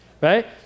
right